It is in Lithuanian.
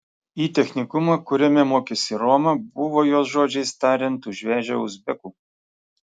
į technikumą kuriame mokėsi roma buvo jos žodžiais tariant užvežę uzbekų